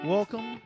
Welcome